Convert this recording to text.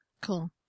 Cool